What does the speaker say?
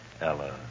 Ella